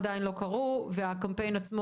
שאינן נמצאות בשוק העבודה ולא זכאיות לקצבת זקנה.